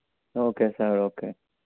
okay sir okay